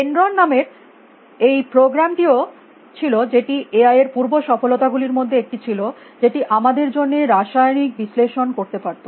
dendron নামের এই program টিও ছিল যেটি এ আই এর পূর্ব সফলতা গুলির মধ্যে একটি ছিল যেটি আমাদের জন্য রাসায়নিক বিশ্লেষণ করতে পারত